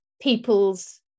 people's